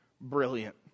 Brilliant